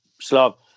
Slav